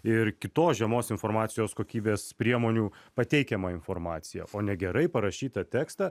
ir kitos žemos informacijos kokybės priemonių pateikiamą informaciją o ne gerai parašytą tekstą